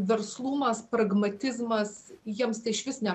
verslumas pragmatizmas jiems tai išvis ne